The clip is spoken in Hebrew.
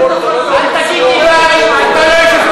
אל תגיד לי: די.